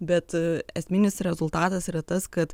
bet esminis rezultatas yra tas kad